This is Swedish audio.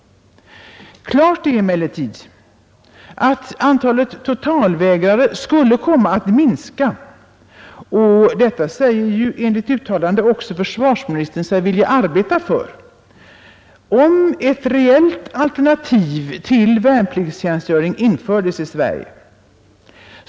Klart är emellertid att antalet totalvägrare skulle komma att minska — och detta säger sig ju också försvarsministern vilja arbeta för — om ett reellt alternativ till värnpliktstjänstgöring infördes i Sverige.